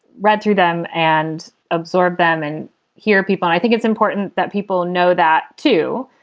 read through them and absorb them and hear people. i think it's important that people know that, too.